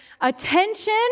attention